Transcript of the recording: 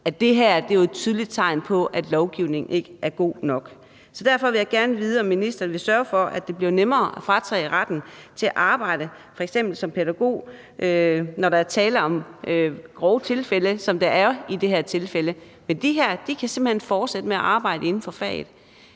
at det her er et tydeligt tegn på, at lovgivningen ikke er god nok. Så derfor vil jeg gerne vide, om ministeren vil sørge for, at det bliver nemmere at fratage retten til at arbejde f.eks. som pædagog, når der er tale om grove tilfælde, sådan som der er i det her tilfælde. Men de her personer kan simpelt hen fortsætte med at arbejde inden for faget.